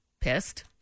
pissed